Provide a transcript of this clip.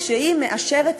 כשהיא מאשרת תוכנית,